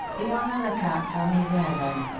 be on the lookout for me there, then.